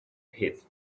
pit